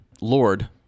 Lord